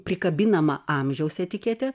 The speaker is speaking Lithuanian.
prikabinama amžiaus etiketė